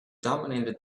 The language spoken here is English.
dominated